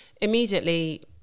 immediately